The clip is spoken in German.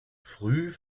früh